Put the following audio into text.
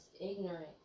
ignorant